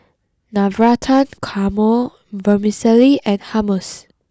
Navratan Korma Vermicelli and Hummus